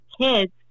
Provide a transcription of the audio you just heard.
kids